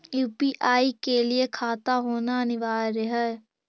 UPI के लिए खाता होना अनिवार्य है?